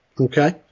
Okay